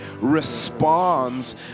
responds